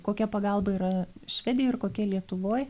kokia pagalba yra švedijoj ir kokia lietuvoj